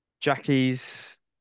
Jackie's